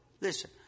listen